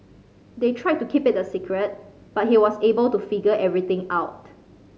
they tried to keep it a secret but he was able to figure everything out